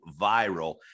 viral